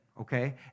okay